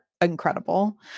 incredible